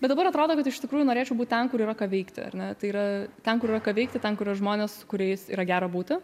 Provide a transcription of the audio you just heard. bet dabar atrodo kad iš tikrųjų norėčiau būt ten kur yra ką veikti ar ne tai yra ten kur yra ką veikti ten kur yra žmonės su kuriais yra gera būti